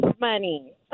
money